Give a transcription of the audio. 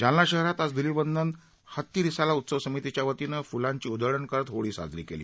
जालना शहरात आज ध्लिवंदन हत्ती रिसाला उत्सव समितीच्या वतीनं फ्लांची उधळण करत होळी साजरी केली